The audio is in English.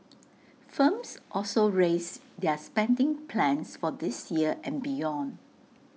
firms also raised their spending plans for this year and beyond